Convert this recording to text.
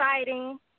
exciting